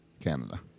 Canada